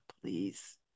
please